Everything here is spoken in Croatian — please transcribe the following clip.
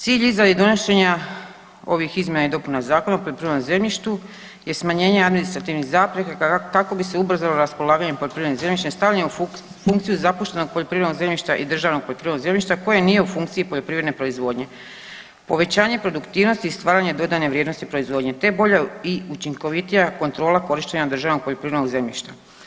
Cilj izrade i donošenja ovih izmjena i dopuna Zakona o poljoprivrednom zemljištu je smanjenje administrativnih zapreka kako bi se ubrzalo raspolaganje poljoprivrednim zemljištem, stavljanje u funkciju zapuštenog poljoprivrednog zemljišta i državnog poljoprivrednog zemljišta koje nije u funkciji poljoprivredne proizvodnje, povećanje produktivnosti i stvaranje dodane vrijednosti proizvodnje te bolja i učinkovitija kontrola korištenja državnog poljoprivrednog zemljišta.